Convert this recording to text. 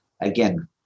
again